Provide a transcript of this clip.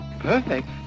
Perfect